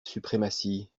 suprématie